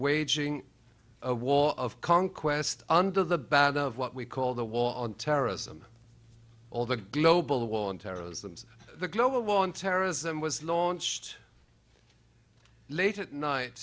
waging a war of conquest under the band of what we call the war on terrorism all the global war on terrorism the global war on terrorism was launched late at night